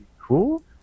cool